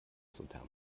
exotherm